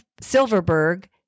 Silverberg